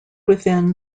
within